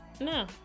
no